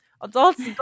adults